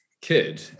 kid